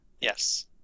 Yes